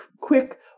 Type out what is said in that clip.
quick